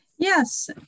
Yes